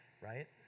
right